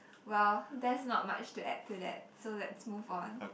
well there's not much to add to that so let's move on